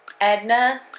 Edna